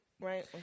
Right